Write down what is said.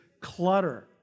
clutter